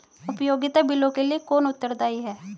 उपयोगिता बिलों के लिए कौन उत्तरदायी है?